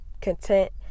content